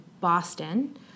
Boston